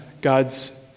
God's